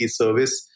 service